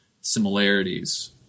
similarities